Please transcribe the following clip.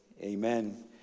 Amen